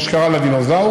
כמו שקרה לדינוזאורים,